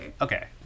Okay